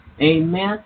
Amen